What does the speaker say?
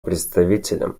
представителям